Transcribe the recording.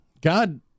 God